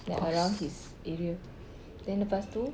like around his area then lepas tu